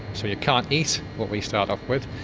so you can't eat what we start off with,